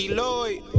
Lloyd